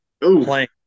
playing